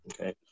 okay